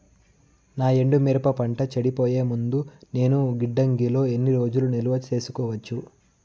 నా ఎండు మిరప పంట చెడిపోయే ముందు నేను గిడ్డంగి లో ఎన్ని రోజులు నిలువ సేసుకోవచ్చు?